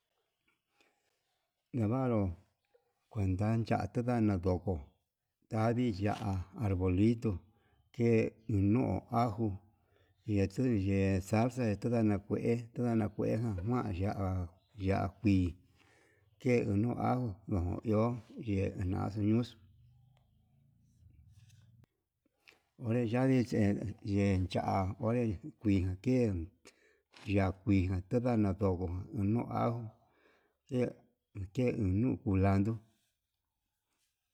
Navanru kuenta naya'a kena ndoko, tandii ya'á arbolito ke iin nu ajo, ketuye salsa tundana kue tundana kue kuan ya'á, ya'á kuii ke nuu ajo uun iho he yaxuu ñuxuu, onre yandinxe ye'e cha'a onre kui ken ndia kuii tenana ndo'o unuu ajo te unu kulando.